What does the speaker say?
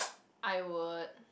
I would